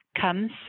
comes